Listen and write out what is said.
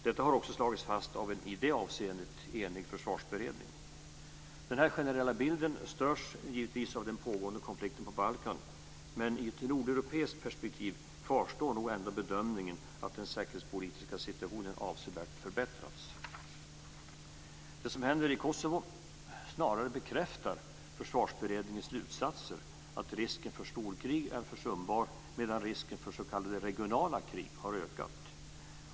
Detta har också slagits fast av en, i det avseendet, enig försvarsberedning. Denna generella bild störs givetvis av den pågående konflikten på Balkan, men i ett nordeuropeiskt perspektiv kvarstår nog ändå bedömningen att den säkerhetspolitiska situationen avsevärt förbättrats. Det som händer i Kosovo snarare bekräftar Försvarsberedningens slutsatser, att risken för storkrig är försumbar medan risken för s.k. regionala krig har ökat.